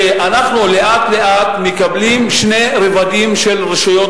שאנחנו לאט-לאט מקבלים שני רבדים של רשויות